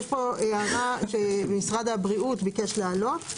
יש פה הערה שמשרד הבריאות ביקש להעלות,